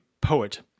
poet